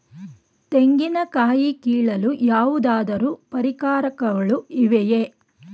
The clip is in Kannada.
ತೆಂಗಿನ ಕಾಯಿ ಕೀಳಲು ಯಾವುದಾದರು ಪರಿಕರಗಳು ಇವೆಯೇ?